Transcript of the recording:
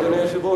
אדוני היושב-ראש,